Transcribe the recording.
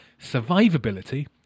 survivability